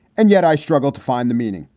and yet i struggle to find the meaning,